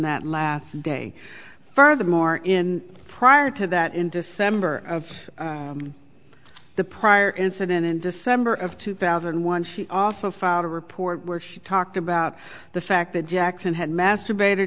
that last day furthermore in prior to that in december of the prior incident in december of two thousand and one she also filed a report where she talked about the fact that jackson had masturbate